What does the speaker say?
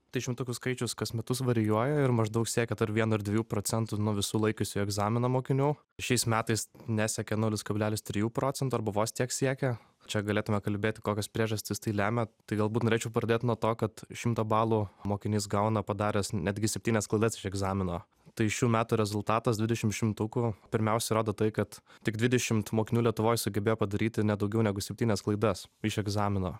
tai šimtukų skaičius kas metus varijuoja ir maždaug siekia tarp vieno ir dviejų procentų nuo visų laikiusiųjų egzaminą mokinių šiais metais nesiekia nulis kablelis trijų procentų arba vos tiek siekia čia galėtume kalbėti kokios priežastys tai lemia tai galbūt norėčiau pradėt nuo to kad šimtą balų mokinys gauna padaręs netgi septynias klaidas iš egzamino tai šių metų rezultatas dvidešim šimtukų pirmiausia rodo tai kad tik dvidešimt mokinių lietuvoj sugebėjo padaryti ne daugiau negu septynias klaidas iš egzamino